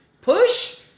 push